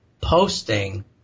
posting